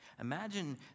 Imagine